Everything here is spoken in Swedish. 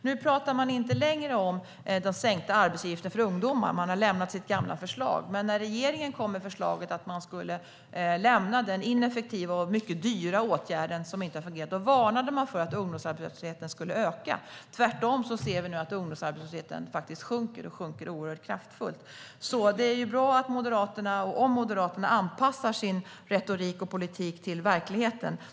Nu pratar man inte längre om den sänkta arbetsgivaravgiften för ungdomar - man har lämnat sitt gamla förslag - men när regeringen kom med förslaget att man skulle lämna denna ineffektiva och mycket dyra åtgärd, som inte har fungerat, varnade man för att ungdomsarbetslösheten skulle öka. Tvärtom ser vi nu att ungdomsarbetslösheten faktiskt sjunker, och det oerhört kraftfullt. Det vore alltså bra om Moderaterna anpassade sin retorik och politik till verkligheten.